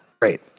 Great